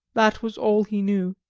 that was all he knew.